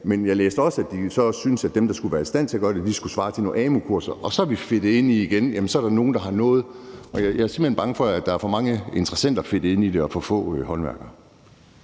men jeg læste også, at de så også synes, at dem, der skulle være i stand til at gøre det, skulle have noget, der svarer til nogle amu-kurser. Og så er vi igen fedtet ind i, at så er der nogle, der har interesser i noget. Jeg er simpelt hen bange for, at der er for mange interessenter fedtet ind i det og for få håndværkere.